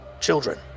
children